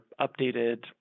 updated